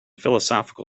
philosophical